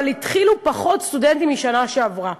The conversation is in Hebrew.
אבל התחילו פחות סטודנטים מהשנה שעברה.